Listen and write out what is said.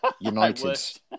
United